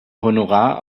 honorar